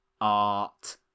art